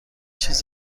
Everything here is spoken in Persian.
چیز